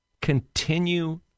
continue